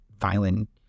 violent